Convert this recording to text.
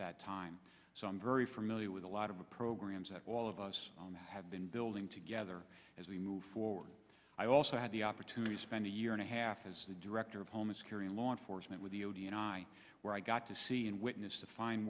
that time so i'm very familiar with a lot of the programs that all of us have been building together as we move forward i also had the opportunity to spend a year and a half as the director of homeland security law enforcement with the o t and i where i got to see and witness the fin